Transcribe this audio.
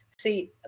See